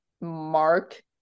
Mark